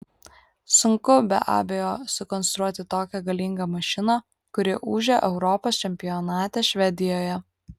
sunku be abejo sukonstruoti tokią galingą mašiną kuri ūžė europos čempionate švedijoje